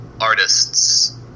Artists